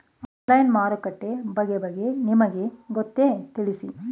Online ಮಾರುಕಟ್ಟೆ ಬಗೆಗೆ ನಿಮಗೆ ಗೊತ್ತೇ? ತಿಳಿಸಿ?